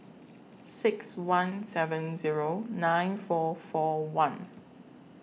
six one seven Zero nine four four one